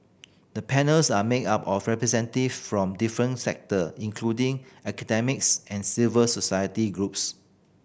the panels are made up of representative from different sector including academics and civic society groups